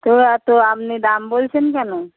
তো এতো আপনি দাম বলছেন কেন